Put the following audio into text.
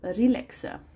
relaxen